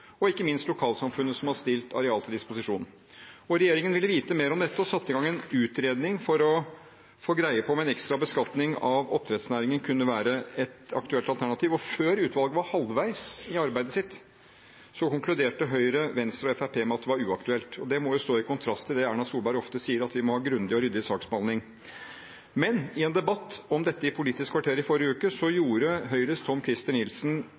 og ikke minst lokalsamfunnet som har stilt areal til disposisjon. Regjeringen ville vite mer om dette og satte i gang en utredning for å få greie på om en ekstra beskatning av oppdrettsnæringen kunne være et aktuelt alternativ. Før utvalget var halvveis i arbeidet sitt, konkluderte Høyre, Venstre og Fremskrittspartiet med at det var uaktuelt. Det må jo stå i kontrast til det Erna Solberg ofte sier, at vi må ha grundig og ryddig saksbehandling. Men i en debatt om dette i Politisk kvarter i forrige uke gjorde Høyres Tom-Christer Nilsen